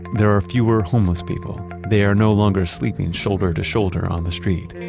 there are fewer homeless people. they are no longer sleeping shoulder to shoulder on the street.